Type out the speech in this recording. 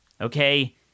Okay